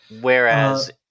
Whereas